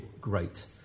great